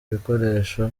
bikoresho